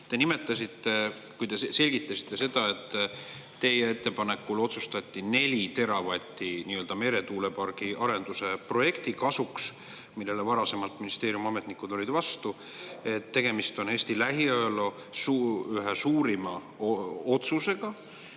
te nimetasite, kui te selgitasite seda, et teie ettepanekul otsustati nelja teravatise meretuulepargi arenduse projekti kasuks, millele varasemalt ministeeriumi ametnikud olid vastu, et tegemist on Eesti lähiajaloo ühe suurima otsusega